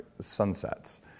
Sunsets